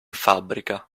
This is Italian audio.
fabbrica